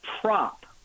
prop